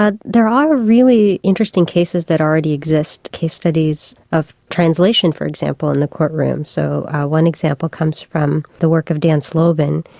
ah there are really interesting cases that already exist, case studies of translation for example in the courtroom. so one example comes from the work of dan slobin,